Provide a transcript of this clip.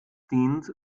dient